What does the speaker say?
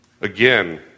Again